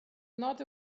not